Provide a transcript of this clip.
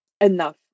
enough